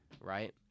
right